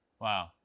wow